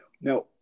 Now